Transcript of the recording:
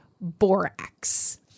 borax